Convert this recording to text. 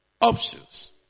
options